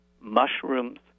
mushrooms